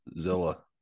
Zilla